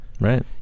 Right